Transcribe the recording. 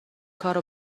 کارو